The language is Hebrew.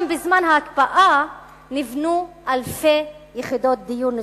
גם בזמן ההקפאה, נבנו אלפי יחידות דיור נוספות.